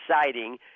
exciting